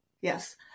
Yes